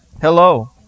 Hello